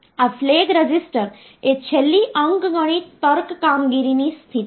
આ રીતે તે 400 વત્તા 50 વત્તા 2 થાય છે